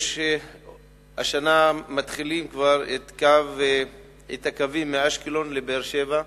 השנה מתחילים כבר את הקווים מאשקלון לבאר-שבע.